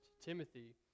Timothy